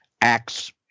Acts